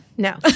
No